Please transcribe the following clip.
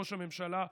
ראש הממשלה,